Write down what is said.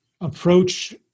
approach